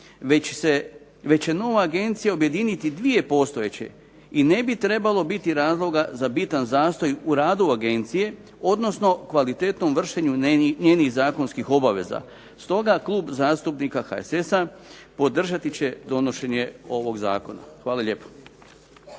već će nova agencija objediniti dvije postojeće i ne bi trebalo biti razloga za bitan zastoj u radu agencije, odnosno kvalitetnom vršenju njenih zakonskih obaveza. Stoga Klub zastupnika HSS-a podržati će donošenje ovog zakona. Hvala lijepo.